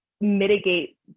mitigate